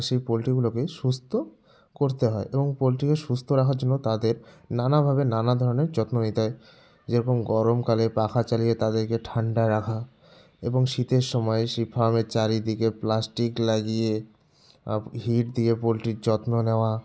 সেই পোলট্রিগুলোকে সুস্থ করতে হয় এবং পোলট্রিকে সুস্থ রাখার জন্য তাদের নানাভাবে নানা ধরনের যত্ন নিতে হয় যেরকম গরমকালে পাখা চালিয়ে তাদেরকে ঠান্ডা রাখা এবং শীতের সময়ে সেই ফার্মের চারিদিকে প্লাস্টিক লাগিয়ে হিট দিয়ে পোলট্রির যত্ন নেওয়া